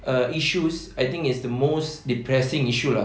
uh issues I think is the most depressing issue lah